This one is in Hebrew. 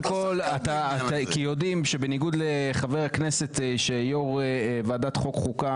בניגוד ליו"ר ועדת החוקה,